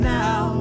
now